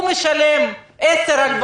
אבל מזה הוא משלם 10,000 שקל הלוואות,